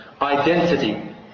identity